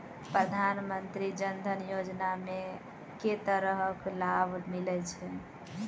प्रधानमंत्री जनधन योजना मे केँ तरहक लाभ मिलय छै?